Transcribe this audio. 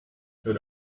your